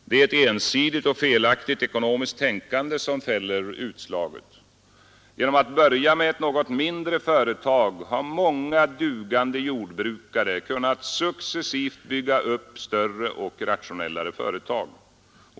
Det är ett ensidigt och felaktigt ekonomiskt tänkande som fäller utslaget. Genom att börja med ett något mindre företag har många dugande jordbrukare kunnat successivt bygga upp större och rationellare företag.